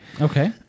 Okay